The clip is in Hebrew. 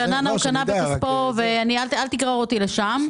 ברעננה הוא קנה בכספו, ואל תגרור אותי לשם.